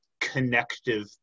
connective